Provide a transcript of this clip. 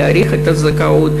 להאריך את הזכאות,